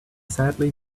sadly